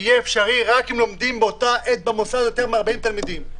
יהיה אפשרי רק אם לומדים באותה עת במוסד יותר מ-40 תלמידים.